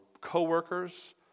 coworkers